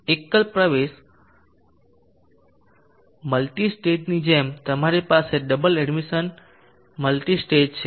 એકલ પ્રવેશ મલ્ટી સ્ટેજની જેમ તમારી પાસે ડબલ એડમિશન મલ્ટી સ્ટેજ છે